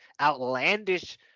outlandish